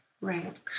Right